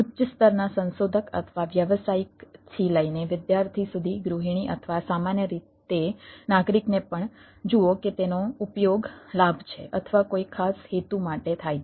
ઉચ્ચ સ્તરના સંશોધક અથવા વ્યાવસાયિકથી લઈને વિદ્યાર્થી સુધી ગૃહિણી અથવા સામાન્ય રીતે નાગરિકને પણ જુઓ કે તેનો ઉપયોગ લાભ છે અથવા કોઈ ખાસ હેતુ માટે થાય છે